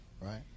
right